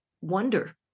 wonder